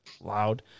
loud